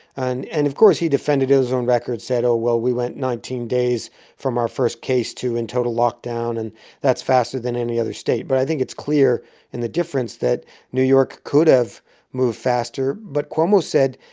and and, of course, he defended his own record said, oh, well, we went nineteen days from our first case to in total lockdown, and that's faster than any other state. but i think it's clear in the difference that new york could have moved faster. but cuomo said,